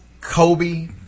Kobe